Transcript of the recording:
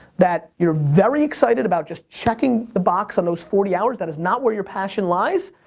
that you're very excited about just checking the box on those forty hours, that is not where your passion lies,